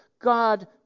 God